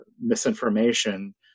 misinformation